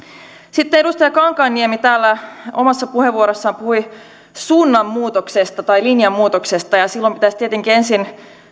sitten edustaja kankaanniemi täällä omassa puheenvuorossaan puhui suunnanmuutoksesta linjanmuutoksesta ja ja silloin pitäisi tietenkin ensin